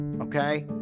Okay